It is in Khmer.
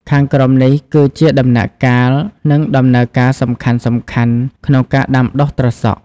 ខាងក្រោមនេះគឺជាដំណាក់កាល និងដំណើរការសំខាន់ៗក្នុងការដាំដុះត្រសក់។